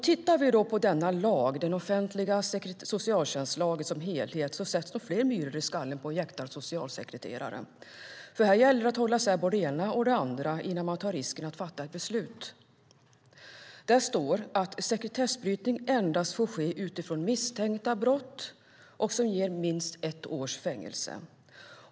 Tittar vi på denna lag, den offentliga socialtjänstlagen, i sin helhet sätts nog fler myror i skallen på en jäktad socialsekreterare. Här gäller det att hålla isär både det ena och det andra innan man tar risken att fatta ett beslut. Här står bland annat att sekretessbrytning endast får ske vid misstanke om brott som ger minst ett års fängelse.